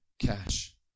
cash